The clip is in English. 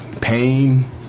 Pain